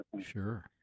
sure